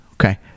Okay